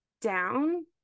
down